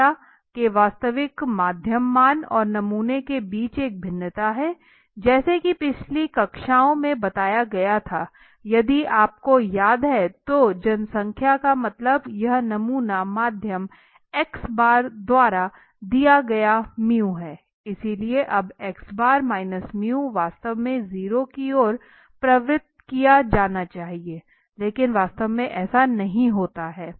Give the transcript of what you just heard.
जनसंख्या के वास्तविक माध्य मान और नमूना के बीच एक भिन्नता है जैसा की पिछली कक्षाओं में बताया गया था यदि आपको याद है तो जनसंख्या का मतलब यह नमूना माध्य x बार द्वारा दिया गया म्यू है इसलिए अब x बार म्यू वास्तव में 0 की ओर प्रवृत्त किया जाना चाहिए लेकिन वास्तव में ऐसा नहीं होता है